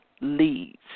leads